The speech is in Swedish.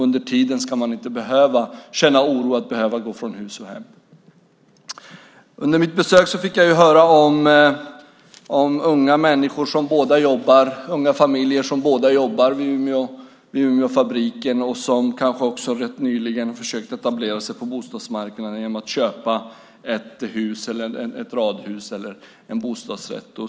Under tiden ska man inte behöva känna oro för att behöva gå från hus och hem. Under mitt besök fick jag höra om unga familjer där båda jobbar vid Umeåfabriken och som nyligen försökt etablera sig på bostadsmarknaden genom att köpa ett hus, ett radhus eller en bostadsrätt.